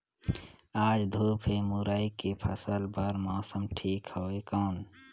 आज धूप हे मुरई के फसल बार मौसम ठीक हवय कौन?